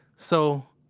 so,